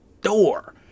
door